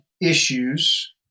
issues